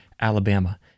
Alabama